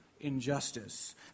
injustice